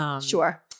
Sure